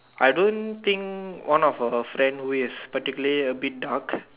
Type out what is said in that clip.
I don't think one of the friend with particularly a bit dark